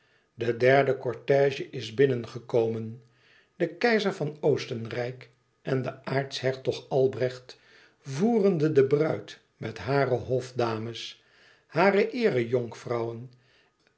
de derde cortège is binnengekomen de keizer van oostenrijk en de aartshertog albrecht voerende de bruid met hare hofdames hare